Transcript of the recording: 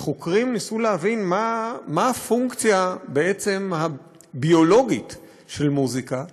חוקרים ניסו להבין מה בעצם הפונקציה הביולוגית של מוזיקה,